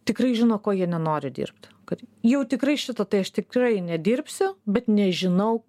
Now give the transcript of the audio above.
tikrai žino ko jie nenori dirbt kad jau tikrai šito tai aš tikrai nedirbsiu bet nežinau